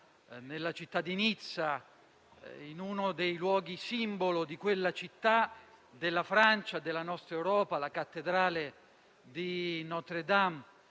nella città di Nizza, in uno dei luoghi simbolo di quella città, della Francia, della nostra Europa, la cattedrale di Notre-Dame.